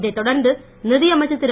இதைத் தொடர்ந்து நிதி அமைச்சர் திரு